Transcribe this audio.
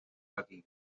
hockey